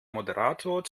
moderator